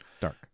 Dark